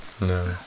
No